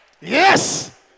yes